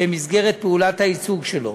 במסגרת פעולת הייצוג שלו.